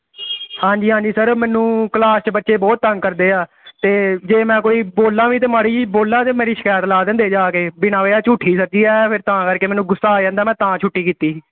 ਹਾਂਜੀ ਹਾਂਜੀ ਸਰ ਮੈਨੂੰ ਕਲਾਸ 'ਚ ਬੱਚੇ ਬਹੁਤ ਤੰਗ ਕਰਦੇ ਆ ਅਤੇ ਜੇ ਮੈਂ ਕੋਈ ਬੋਲਾਂ ਵੀ ਅਤੇ ਮਾੜਾ ਜਿਹਾ ਬੋਲਾਂ ਤਾਂ ਮੇਰੀ ਸ਼ਿਕਾਇਤ ਲਾ ਦਿੰਦੇ ਜਾ ਕੇ ਬਿਨਾਂ ਵਜ੍ਹਾ ਝੂਠੀ ਸਰ ਜੀ ਹੈ ਫਿਰ ਤਾਂ ਕਰਕੇ ਮੈਨੂੰ ਗੁੱਸਾ ਆ ਜਾਂਦਾ ਮੈਂ ਤਾਂ ਛੁੱਟੀ ਕੀਤੀ